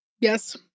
Yes